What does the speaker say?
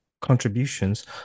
contributions